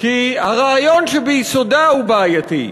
כי הרעיון שביסודה הוא בעייתי,